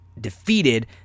defeated